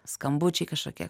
skambučiai kažkokie